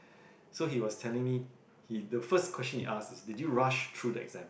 so he was telling me he the first question he asked is did you rush through the exam